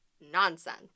Nonsense